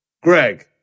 Greg